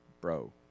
Bro